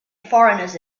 foreigners